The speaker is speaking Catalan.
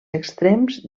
extrems